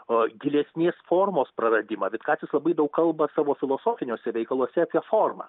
o geresnės formos praradimą vitkacis labai daug kalba savo filosofiniuose veikaluose apie formą